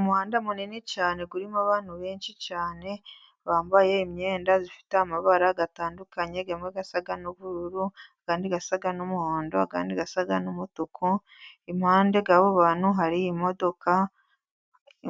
Umuhanda munini cyane urimo abantu benshi cyane, bambaye imyenda ifite amabara atandukanye: amwe asa n'ubururu, ayandi asa n'umuhondo, ayandi asa n'umutuku, impande yabo bantu hari imodoka